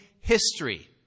history